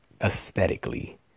aesthetically